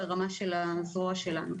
ברמת הזרוע שלנו.